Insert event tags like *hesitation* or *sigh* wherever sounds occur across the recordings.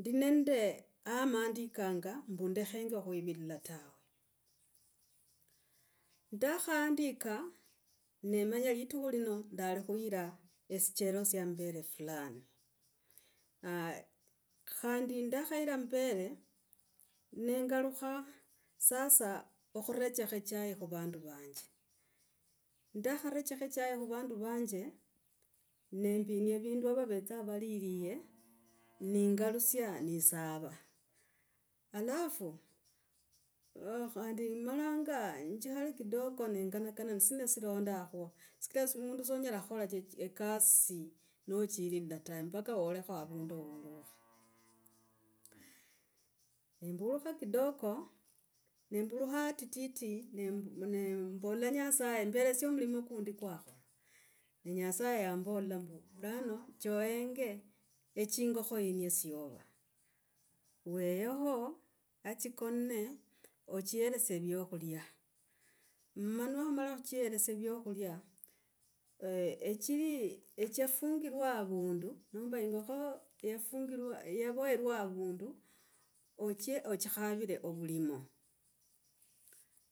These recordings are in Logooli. Ndi nende amandikanga mbu ndekhengo khuivilila tawe. Ndakhandika nemanya litukhu lino ndali khuira esichero sya mambere fulani. Khandi ndakhaira, amavera nengalakha. Sasa okhurechekha echai khu vandu vanje. Ndakharechekha echai khu vandu vanje, nembinia evindu wavetsa valirire, nengalusia nesava. Alafu *hesitation* malanga njikhale kidogo ne nganakana sina sirondaho. Sikra mundu sonyela khukhola ekasi nochilila tawe mpaka wolekho avundu wulukho. Ne. bulukha kidogo nembulukha atiti n *hesitation* nembola nyasaye mulimi kundi kwekhola. Ne nyasaye yambola mbu, vulano cho henge echingokho oenye syova. Weyekho echikon *hesitation* ochieresie vyokhulia, mala nomala khuchieresia vyakhulia, *hesitation* echiri, echafyungirwa avundu nomba ingokho yafungirwa. Yavoherwa avundu och *hesitation* ochikhavile ovulimo.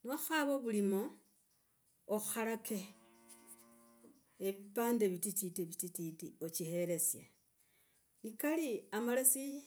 Niwakhakhava ovulimo okhalake evipande vitititi vitititi ochihelesie. Ne kali, amalesi.